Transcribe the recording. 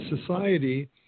society